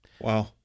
Wow